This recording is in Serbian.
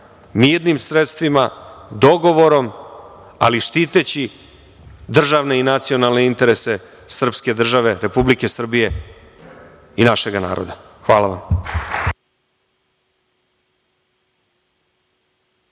mirnim sredstvima, dogovorom, ali štiteći državne i nacionalne interese srpske države, Republike Srbije i našeg naroda. Hvala vam.